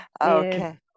okay